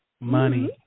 Money